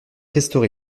restauré